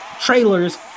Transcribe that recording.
trailers